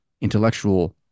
intellectual